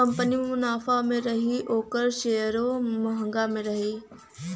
company मुनाफा मे रही ओकर सेअरो म्हंगा रही